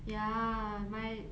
ya my